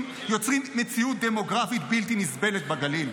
נוצרת מציאות דמוגרפית בלתי נסבלת בגליל,